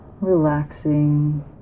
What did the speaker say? relaxing